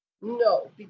No